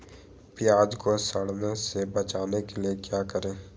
प्याज को सड़ने से बचाने के लिए क्या करें?